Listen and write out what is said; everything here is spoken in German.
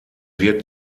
wird